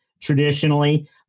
Traditionally